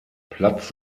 platz